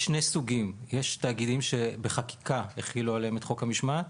יש שני סוגים: יש תאגידים שחוק המשמעת הוחל עליהם בחקיקה,